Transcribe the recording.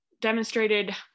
demonstrated